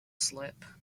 slip